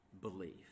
believe